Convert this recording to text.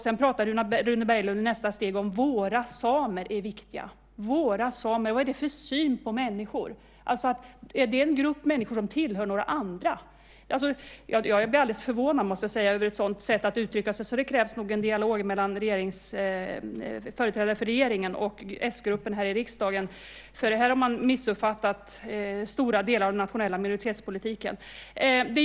Sedan sade Rune Berglund att våra samer är viktiga. Våra samer - vad är det för syn på människor? Är det en grupp människor som tillhör några andra? Jag blir mycket förvånad, måste jag säga, över ett sådant sätt att uttrycka sig. Det krävs nog en dialog mellan företrädare för regeringen och s-gruppen i riksdagen, för här har man missuppfattat stora delar av den nationella minoritetspolitiken.